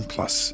Plus